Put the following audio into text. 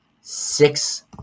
six